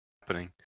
happening